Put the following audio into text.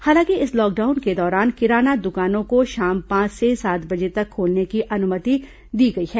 हालांकि इस लॉकडाउन के दौरान किराना दुकानों को शाम पांच से सात बजे तक खोलने की अनुमति दी गई है